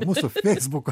mūsų feisbuko